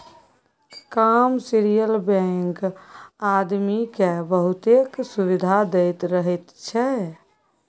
commercial bank आदमी केँ बहुतेक सुविधा दैत रहैत छै